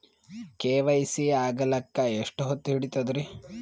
KYC ಆಗಲಕ್ಕ ಎಷ್ಟ ಹೊತ್ತ ಹಿಡತದ್ರಿ?